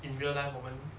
in real life 我们